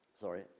sorry